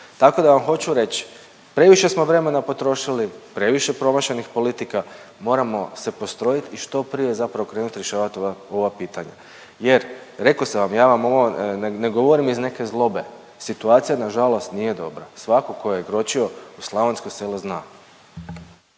Tako da vam hoću reći, previše smo vremena potrošili, previše promašenih politika, moram se postrojiti i što prije zapravo krenuti rješavati ova pitanja jer, rekao sam vam, ja vam ovo ne govorim iz neke zlobe, situacija nažalost nije dobra. Svatko tko je kročio, slavonsko selo zna.